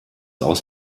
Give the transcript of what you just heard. aus